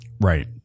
Right